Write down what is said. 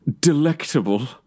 delectable